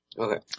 okay